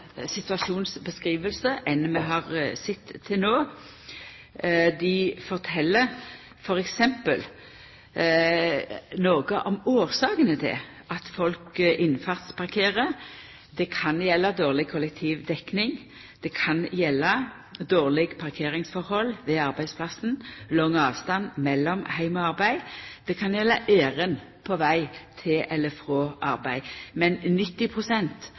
har sett til no. Dei fortel f.eks. noko om årsakene til at folk innfartsparkerer. Det kan vera dårleg kollektivdekning, det kan vera dårlege parkeringsforhold ved arbeidsplassen, lang avstand mellom heim og arbeid, og det kan vera ærend på veg til eller frå arbeid. Men